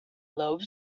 love